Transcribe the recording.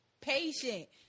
patient